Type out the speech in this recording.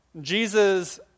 Jesus